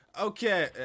Okay